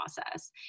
process